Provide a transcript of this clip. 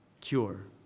cure